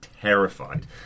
terrified